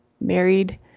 married